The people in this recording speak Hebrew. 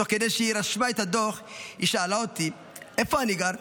תוך כדי שהיא רשמה את הדוח היא שאלה אותי איפה אני גר.